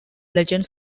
legend